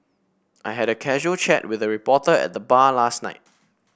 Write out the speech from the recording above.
I had a casual chat with a reporter at the bar last night